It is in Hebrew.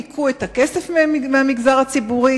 האם ניכו את הכסף מהמגזר הציבורי,